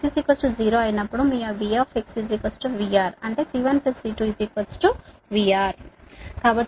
X 0 అయినప్పుడు మీ V VR అంటే C1 C2 VR